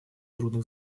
трудных